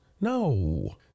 No